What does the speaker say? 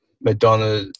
madonna